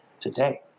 today